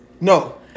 No